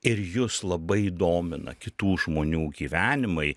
ir jus labai domina kitų žmonių gyvenimai